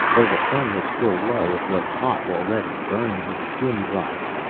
though the sun was still low it was hot already, burning his skin dry.